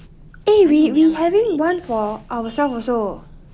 eh we we having one for ourselves also